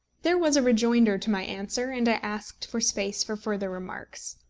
there was a rejoinder to my answer, and i asked for space for further remarks.